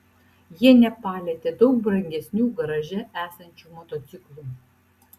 jie nepalietė daug brangesnių garaže esančių motociklų